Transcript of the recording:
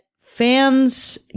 fans